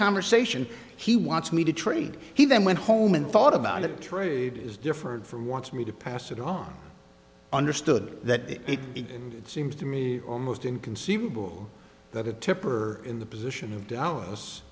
conversation he wants me to trade he then went home and thought about it trade is different for wants me to pass it off understood that it be it seems to me almost inconceivable that a tipper in the position of dallas